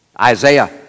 Isaiah